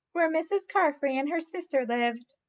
where mrs. carfry and her sister lived.